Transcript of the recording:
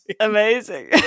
Amazing